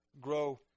grow